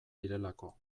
direlako